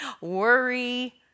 worry